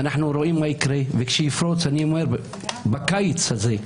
כשיפרוץ בקיץ הזה,